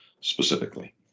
specifically